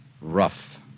Rough